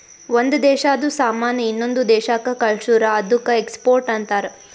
ಒಂದ್ ದೇಶಾದು ಸಾಮಾನ್ ಇನ್ನೊಂದು ದೇಶಾಕ್ಕ ಕಳ್ಸುರ್ ಅದ್ದುಕ ಎಕ್ಸ್ಪೋರ್ಟ್ ಅಂತಾರ್